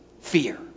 fear